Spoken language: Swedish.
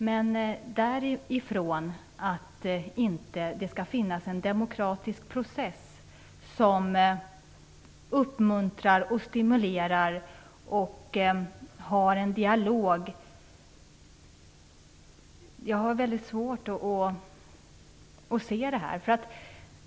Men det är inte detsamma som att det inte skall finnas en demokratisk process som uppmuntrar och stimulerar och leder till en dialog.